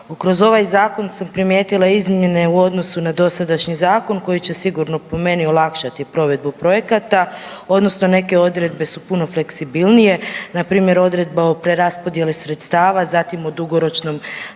Kroz ovaj Zakon sam primijetila izmjene u odnosu na dosadašnji zakon koji će sigurno, po meni, olakšati provedbu projekata odnosno neke odredbe su puno fleksibilnije, npr. odredba o preraspodjeli sredstava, zatim o dugoročnom